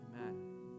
amen